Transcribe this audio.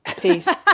peace